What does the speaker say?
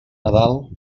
nadal